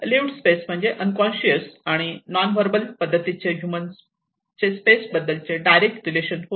lived space म्हणजे unconscious आणि nonverbal पद्धतीचे ह्यूमन चे स्पेस सोबत डायरेक्ट रिलेशन्स होय